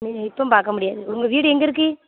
இப்பம் பார்க்க முடியாது உங்கள் வீடு எங்கே இருக்கு